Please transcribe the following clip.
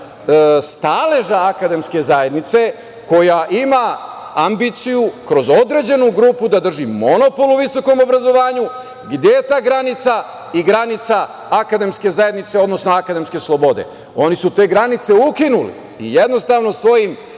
staleža akademske zajednice koja ima ambiciju kroz određenu grupu da drži monopol u visokom obrazovanju. Gde je ta granica i granica akademske zajednice, odnosno akademske slobode? Oni su te granice ukinuli i jednostavno svojom